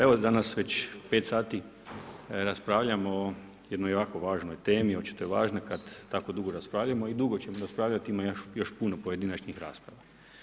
Evo danas već pet sati raspravljamo o jednoj ovako važnoj temi, očito je važna kad tako dugo raspravljamo i dugo ćemo raspravljat ima još puno pojedinačnih rasprava.